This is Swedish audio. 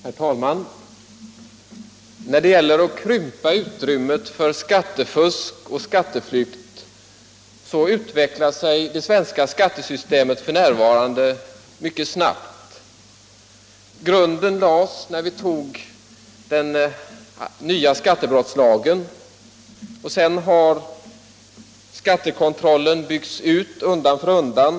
Herr talman! När det gäller att krympa utrymmet för skattefusk och skatteflykt utvecklar sig det svenska skattesystemet f. n. mycket snabbt. Grunden lades när vi tog den nya skattebrottslagen. Sedan har skattekontrollen byggts ut undan för undan.